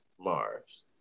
Mars